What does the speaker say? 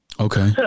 Okay